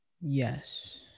Yes